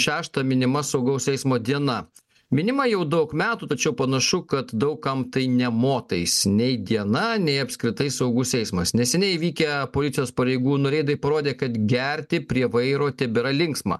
šeštą minima saugaus eismo diena minima jau daug metų tačiau panašu kad daug kam tai nė motais nei diena nei apskritai saugus eismas neseniai įvykę policijos pareigūnų reidai parodė kad gerti prie vairo tebėra linksma